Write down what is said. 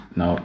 no